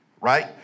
right